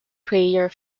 prayer